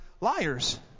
Liars